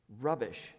Rubbish